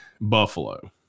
Buffalo